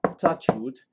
touchwood